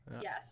Yes